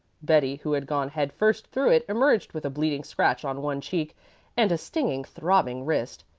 betty who had gone head-first through it, emerged with a bleeding scratch on one cheek and a stinging, throbbing wrist.